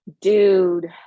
dude